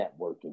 networking